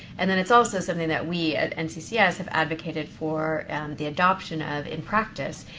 and then, it's also something that we at nccs have advocated for the adoption of in practice.